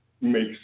makes